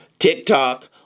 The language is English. TikTok